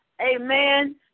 Amen